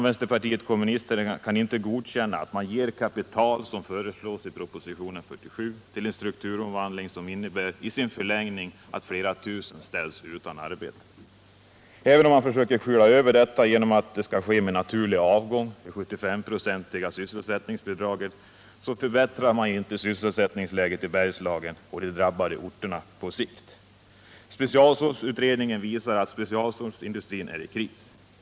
Vänsterpartiet kommunisterna kan inte godkänna att man, såsom föreslås i propositionen 47, ger kapital till en strukturomvandling som i sin förlängning innebär att flera tusen människor ställs utan arbete. Även om man försöker skyla över detta faktum genom att säga att minskningen skall ske genom naturlig avgång och hänvisar till det 75-procentiga sysselsättningsbidraget, förbättrar man ju därmed inte på sikt sysselsättningsläget på de orterna i Bergslagen. Specialstålutredningen visar att specialstålindustrin är i kris.